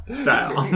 style